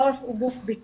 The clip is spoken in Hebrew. העורף